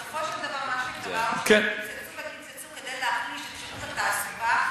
בסופו של דבר מה שקרה הוא שקיצצו כדי להכפיש את שירות התעסוקה,